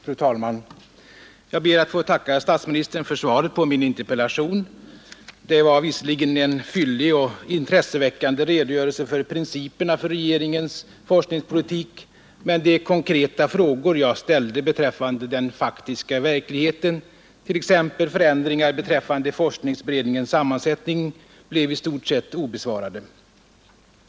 Fru talman! Jag ber att få tacka herr statsministern för svaret på min interpellation. Det var visserligen en fyllig och intresseväckande redogörelse för principerna för regeringens forskningspolitik, men de konkreta frågor jag ställde beträffande den faktiska verkligheten, t.ex. förändringar i forskningsberedningens sammansättning, blev i stort sett obesvarade.